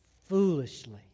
foolishly